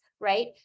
right